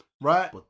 right